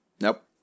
Nope